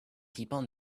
people